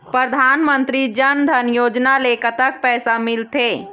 परधानमंतरी जन धन योजना ले कतक पैसा मिल थे?